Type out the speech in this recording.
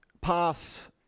pass